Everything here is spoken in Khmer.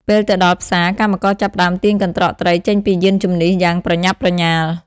ពេលទៅដល់ ផ្សារ កម្មករចាប់ផ្តើមទាញកន្ត្រកត្រីចេញពីយានជំនិះយ៉ាងប្រញាប់ប្រញាល់។